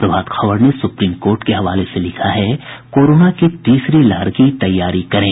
प्रभात खबर ने supreme court के हवाले से लिखा है कोरोना की तीसरी लहर का तैयारी करें